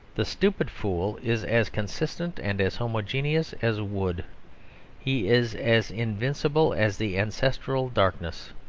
the stupid fool is as consistent and as homogeneous as wood he is as invincible as the ancestral darkness.